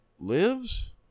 lives